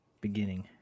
beginning